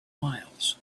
miles